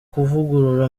kuvugurura